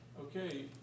okay